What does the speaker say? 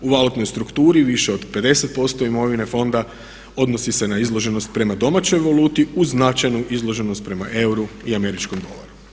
U valutnoj strukturni više od 50% imovine fonda odnosi se na izloženost prema domaćoj valuti uz značajnu izloženost prema euru i američkom dolaru.